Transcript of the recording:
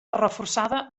reforçada